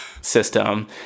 system